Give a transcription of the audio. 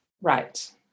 Right